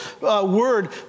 word